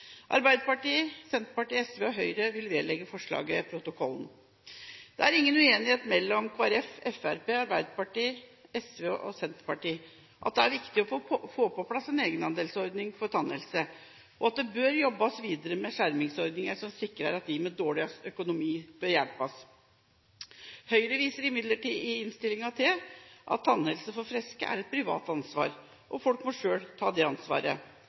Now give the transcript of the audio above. Arbeiderpartiet, Senterpartiet, SV og Høyre vil at forslaget vedlegges protokollen. Det er ingen uenighet mellom Kristelig Folkeparti, Fremskrittspartiet, Arbeiderpartiet, SV og Senterpartiet om at det er viktig å få på plass en egenandelsordning for tannhelse, og at det bør jobbes videre med skjermingsordninger som sikrer at de med dårligst økonomi hjelpes. Høyre viser imidlertid i innstillingen til at tannhelse for friske er et privat ansvar, og folk må selv ta det ansvaret.